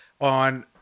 on